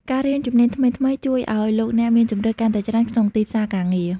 ការរៀនជំនាញថ្មីៗ ជួយឱ្យលោកអ្នកមានជម្រើសកាន់តែច្រើនក្នុងទីផ្សារការងារ។